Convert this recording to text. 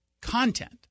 content